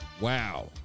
Wow